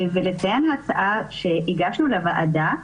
ולציין הצעה שהגשנו לוועדה,